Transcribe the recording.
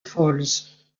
falls